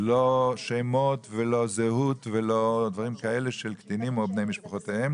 לא שמות ולא זהות ולא דברים כאלה של קטינים או בני משפחותיהם